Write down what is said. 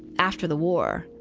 after the war,